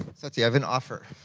let's see, i have an offer.